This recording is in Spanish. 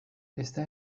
está